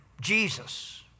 Jesus